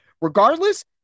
Regardless